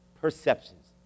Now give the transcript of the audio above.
perceptions